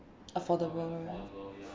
affordable loh like